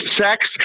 Sex